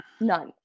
None